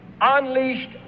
unleashed